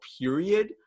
period